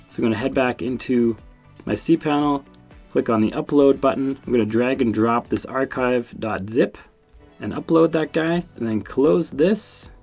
going to head back into my so cpanel, click on the upload button. i'm going to drag and drop this archive zip and upload that guy, and then close this,